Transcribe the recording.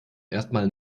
erstmal